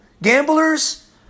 gamblers